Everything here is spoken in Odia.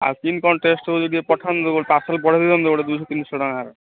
ଆଉ କ'ଣ ଟେଷ୍ଟ୍ ହେଉଛି ଯଦି ପଠାନ୍ତୁ ଗୋଟେ ପାର୍ସଲ୍ ବଢ଼େଇ ଦିଅନ୍ତୁ ଗୋଟେ ଦୁଇଶହ ତିନିଶହ ଟଙ୍କାର